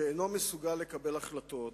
שאינו מסוגל לקבל החלטות,